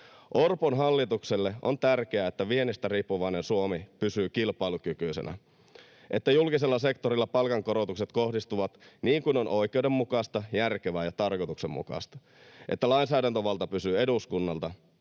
Orpon hallitukselle on tärkeää, että viennistä riippuvainen Suomi pysyy kilpailukykyisenä, että julkisella sektorilla palkankorotukset kohdistuvat siten, kuin on oikeudenmukaista, järkevää ja tarkoituksenmukaista, että lainsäädäntövalta pysyy eduskunnalla,